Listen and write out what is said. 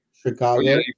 Chicago